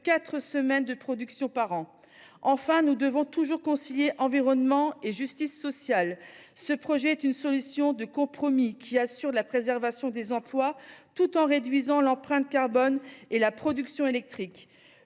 quatre semaines de production par an. Enfin, nous devons toujours concilier environnement et justice sociale. Ce projet est une solution de compromis qui assure la préservation des emplois tout en réduisant l’empreinte carbone de la production électrique.